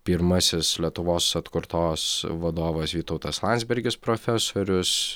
pirmasis lietuvos atkurtos vadovas vytautas landsbergis profesorius